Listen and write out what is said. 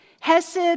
Hesed